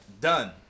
done